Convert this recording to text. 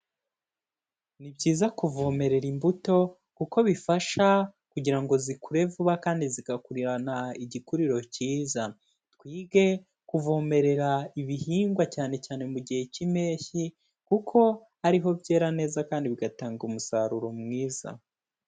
Ni byiza kuvomerera imbuto kuko bifasha kugira ngo zikure vuba kandi zigakurirana igikuriro cyiza, twige kuvomerera ibihingwa cyane cyane mu gihe cy'impeshyi kuko ariho byera neza kandi bigatanga umusaruro mwiza.